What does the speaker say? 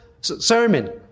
sermon